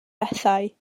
bethau